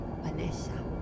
Vanessa